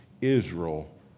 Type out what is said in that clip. Israel